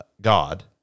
God